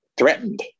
threatened